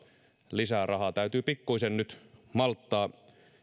lisää rahaa täytyy pikkuisen nyt malttaa